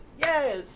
yes